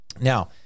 Now